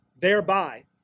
thereby